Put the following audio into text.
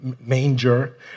Manger